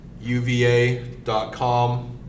uva.com